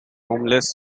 homeless